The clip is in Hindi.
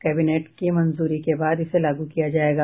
कैबिनेट की मंजूरी के बाद इसे लागू किया जायेगा